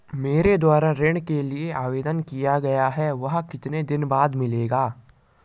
मेरे द्वारा ऋण के लिए आवेदन किया गया है वह कितने दिन बाद मिलेगा?